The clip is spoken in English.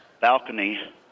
balcony